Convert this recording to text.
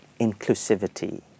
inclusivity